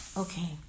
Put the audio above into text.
Okay